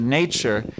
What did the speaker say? nature